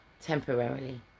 temporarily